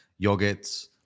yogurts